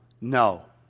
no